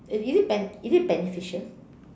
is it ben~ is it beneficial